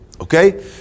okay